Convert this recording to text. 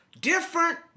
different